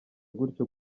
gutyo